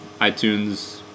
iTunes